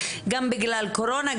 גם בגלל קורונה,